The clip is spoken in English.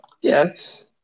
Yes